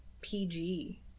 PG